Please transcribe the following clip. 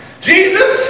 Jesus